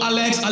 Alex